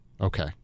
Okay